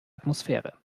atmosphäre